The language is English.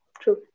True